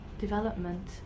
development